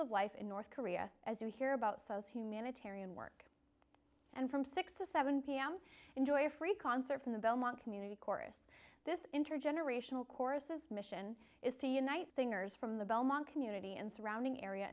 of life in north korea as you hear about cells humanitarian work and from six to seven pm enjoy a free concert from the belmont community chorus this intergenerational chorus is mission is to unite singers from the belmont community and surrounding area